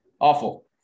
awful